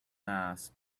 mass